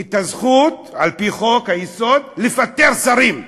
את הזכות, על-פי חוק-היסוד, לפטר שרים.